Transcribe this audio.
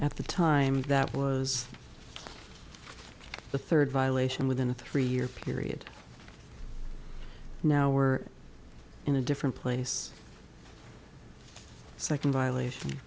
at the time that was the third violation within a three year period now we're in a different place second violation